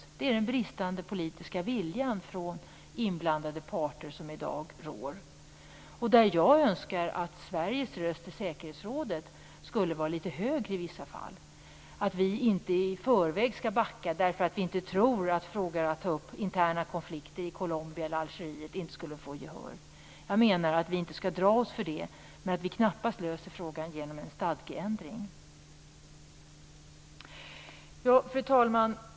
Det råder i dag en bristande politisk vilja från inblandade parter. Jag önskar att Sveriges röst i säkerhetsrådet i vissa fall skulle vara litet högre. Vi skall inte i förväg backa därför att vi inte tror att det går att få gehör om vi tar upp interna konflikter i Colombia eller Algeriet. Jag menar att vi inte skall dra oss för detta men att vi knappast löser denna fråga genom en stadgeändring. Fru talman!